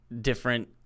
different